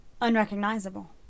unrecognizable